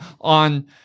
on